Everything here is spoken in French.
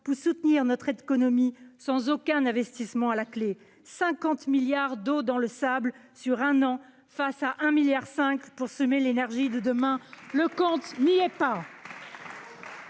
pour soutenir notre économie, sans aucun investissement à la clé ? 50 milliards d'euros d'eau sur le sable en un an, contre 1,5 milliard d'euros pour semer l'énergie de demain ... Le compte n'y est pas